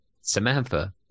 Samantha